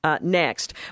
Next